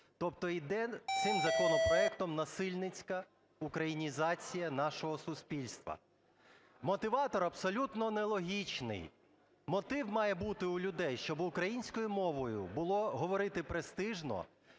Тобто іде цим законопроектом насильницька українізація нашого суспільства. Мотиватор абсолютно нелогічний. Мотив має бути у людей, щоб українською мовою було говорити престижно,